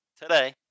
today